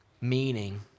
meaning